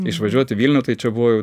išvažiuot į vilnių tai čia buvo jau